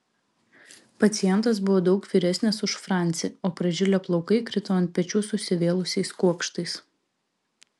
pacientas buvo daug vyresnis už francį o pražilę plaukai krito ant pečių susivėlusiais kuokštais